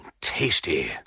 tasty